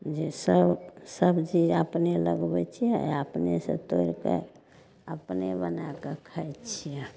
जे सब सबजी अपने लगबैत छियै आ अपने से तोड़िके अपने बनाएके खाइत छियै